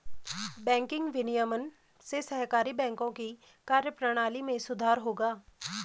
banking विनियमन से सहकारी बैंकों की कार्यप्रणाली में सुधार होगा